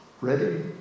ready